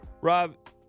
Rob